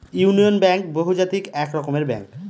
union Bank বহুজাতিক এক রকমের ব্যাঙ্ক